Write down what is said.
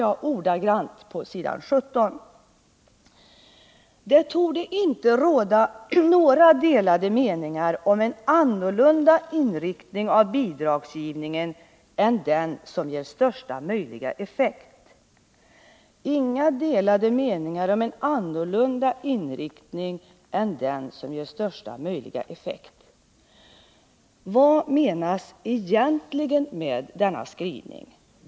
Jag citerar ordagrant på s. 17: ”Det torde inte råda några delade meningar om en annorlunda inriktning av bidragsgivningen än den som ger största möjliga effekt.” Vad menas egentligen med denna skrivning?